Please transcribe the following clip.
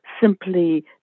simply